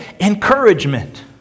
encouragement